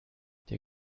der